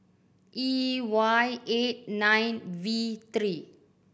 E Y eight nine V three